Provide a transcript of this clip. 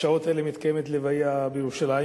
בשעות האלה מתקיימת הלוויה בירושלים.